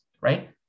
right